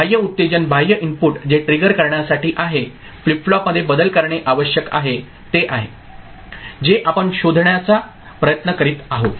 बाह्य उत्तेजन बाह्य इनपुट जे ट्रिगर करण्यासाठी आहे फ्लिप फ्लॉपमध्ये बदल करणे आवश्यक आहे ते आहे जे आपण शोधण्याचा प्रयत्न करीत आहोत